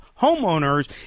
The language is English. homeowners